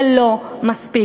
זה לא מספיק.